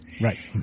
Right